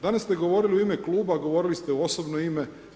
Danas ste govorili u ime kluba, govorili ste u osobno ime.